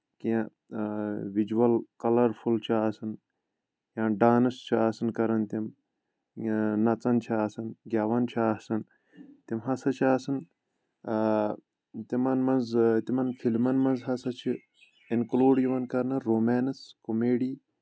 کینٛہہ وِجوَل کَلرفُل چھُ آسان یا ڈانٔس چھِ آسان کرن تِم یا نَژن چھِ آسان گؠوان چھِ آسان تِم ہسا چھِ آسان تِمن منٛز تِمن فِلمن منٛز ہسا چھِ اِنکلوٗڈ یِوان کرنہٕ رومینٔس کومیڈی